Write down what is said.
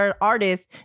artists